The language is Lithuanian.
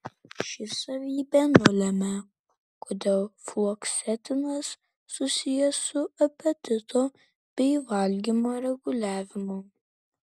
ši savybė nulemia kodėl fluoksetinas susijęs su apetito bei valgymo reguliavimu